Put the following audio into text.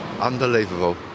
Unbelievable